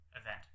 event